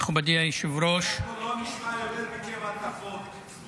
מכובדי היושב-ראש --- אנחנו לא נשמע מכם הטפות יותר.